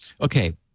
okay